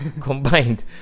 Combined